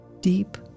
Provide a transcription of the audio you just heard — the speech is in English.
deep